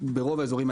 ברוב האזורית,